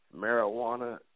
marijuana